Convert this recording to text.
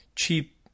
cheap